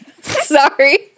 sorry